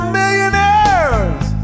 millionaires